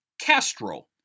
Castro